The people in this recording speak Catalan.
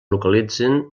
localitzen